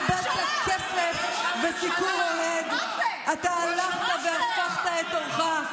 עבור בצע כסף וסיקור אוהד אתה הלכת והפכת את עורך.